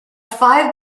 five